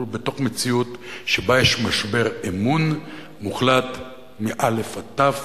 בתוך מציאות שבה יש משבר אמון מא' ועד ת',